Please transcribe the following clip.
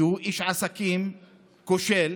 שהוא איש עסקים כושל,